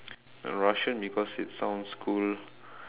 Russian because it sounds cool